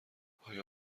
آیا